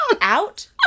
out